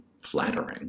flattering